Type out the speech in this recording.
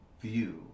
view